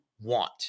want